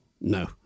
No